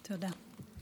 תודה.